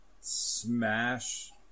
smash